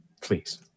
please